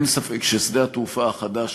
אין ספק ששדה-התעופה החדש,